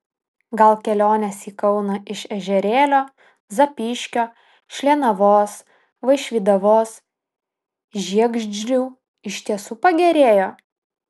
gal kelionės į kauną iš ežerėlio zapyškio šlienavos vaišvydavos žiegždrių iš tiesų pagerėjo